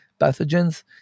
pathogens